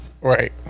right